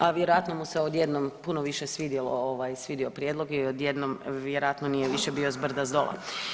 A vjerojatno mu se odjednom puno više svidio prijedlog i odjednom vjerojatno više nije bio zbrda-zdola.